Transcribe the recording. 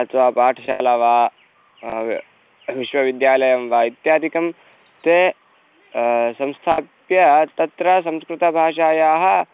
अथवा पाठशाला वा विश्वविद्यालयं वा इत्यादिकं ते संस्थाप्य तत्र संस्कृतभाषायाः